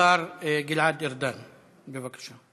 השר גלעד ארדן, בבקשה.